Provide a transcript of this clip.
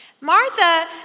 Martha